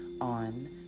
on